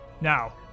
Now